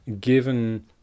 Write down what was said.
given